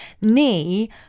knee